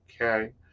okay